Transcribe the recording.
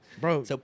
Bro